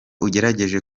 ugerageje